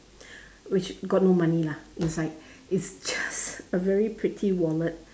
which got no money lah inside it's just a very pretty wallet